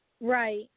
Right